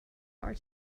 are